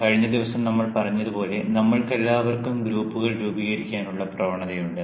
കഴിഞ്ഞ ദിവസം നമ്മൾ പറഞ്ഞതുപോലെ നമുക്കെല്ലാവർക്കും ഗ്രൂപ്പുകൾ രൂപീകരിക്കാനുള്ള പ്രവണതയുണ്ട്